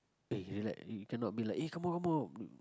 eh relax you cannot be like eh come on come on